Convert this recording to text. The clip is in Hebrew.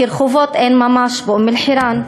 כי רחובות אין ממש באום-אלחיראן,